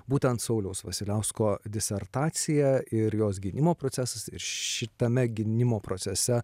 būtent sauliaus vasiliausko disertacija ir jos gynimo procesas ir šitame gynimo procese